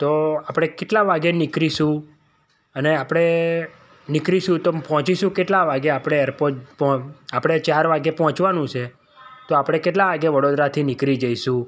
તો આપણે કેટલા વાગે નિકળીશું અને આપણે નિકળીશું તો પહોંચીશું કેટલા વાગે આપણે એરપોર્ટ આપણે ચાર વાગે પહોંચવાનું છે તો આપણે કેટલા વાગે વડોદરાથી નીકળી જઈશું